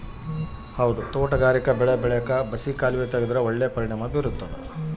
ತೋಟಗಾರಿಕಾ ಬೆಳೆ ಬೆಳ್ಯಾಕ್ ಬಸಿ ಕಾಲುವೆ ತೆಗೆದ್ರ ಒಳ್ಳೆ ಪರಿಣಾಮ ಬೀರ್ತಾದ